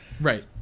Right